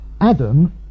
adam